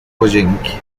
łazienki